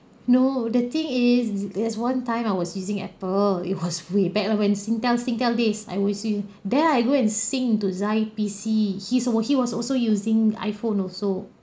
no the thing is there's one time I was using Apple it was way back when Singtel Singtel days I was using then I go and sync to zai P_C he also he was also using iPhone also